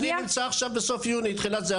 אני נמצא בסוף יוני תחילת יולי,